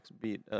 beat